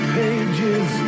pages